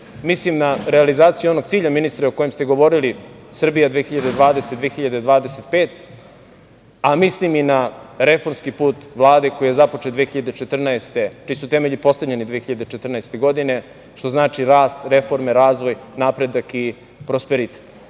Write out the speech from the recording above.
mislim na realizaciju onog cilja ministre o onom kojem ste govorili "Srbija 2025", a mislim i na reformski put Vlade koji je započeo 2014. godine, čiji su temelji postavljeni 2014. godine što znači rast, reforme, razvoj, napredak i prosperitet. Naravno